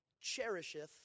cherisheth